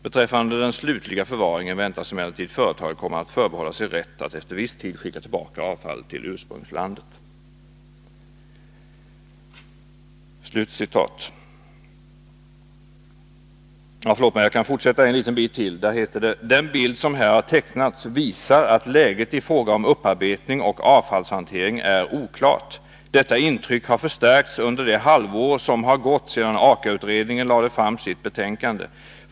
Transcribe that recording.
Beträffande den slutliga förvaringen väntas emellertid företaget komma att förbehålla sig rätt att efter viss tid skicka tillbaka avfallet till ursprungslandet. Den bild som här har tecknats visar att läget i fråga om upparbetning och avfallshantering är oklart. Detta intryck har förstärkts under det halvår som har gått sedan AKA-utredningen lade fram sitt betänkande.